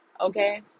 okay